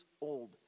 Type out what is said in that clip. old